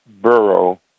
borough